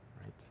right